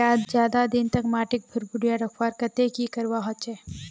ज्यादा दिन तक माटी भुर्भुरा रखवार केते की करवा होचए?